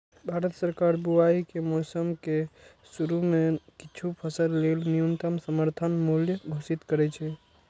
भारत सरकार बुआइ के मौसम के शुरू मे किछु फसल लेल न्यूनतम समर्थन मूल्य घोषित करै छै